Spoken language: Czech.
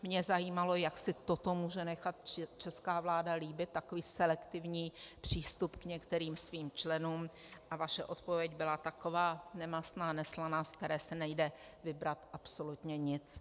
Mě zajímalo, jak si toto může nechat česká vláda líbit, takový selektivní přístup k některým svým členům, a vaše odpověď byla taková nemastná, neslaná, z které si nejde vybrat absolutně nic.